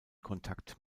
kontakt